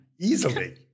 easily